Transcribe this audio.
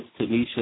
Tanisha